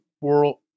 world